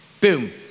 Boom